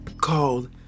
called